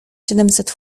siedemset